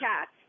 cats